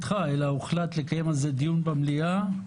והוחלט לקיים על זה דיון במליאה.